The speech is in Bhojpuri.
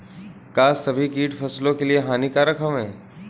का सभी कीट फसलों के लिए हानिकारक हवें?